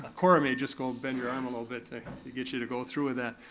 ah cora may just go bend your arm a little bit to to get you to go through with that.